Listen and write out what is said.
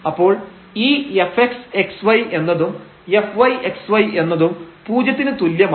അപ്പോൾ ഈ fx xy എന്നതും fy xy എന്നതും പൂജ്യത്തിന് തുല്യമാണ്